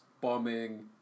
bombing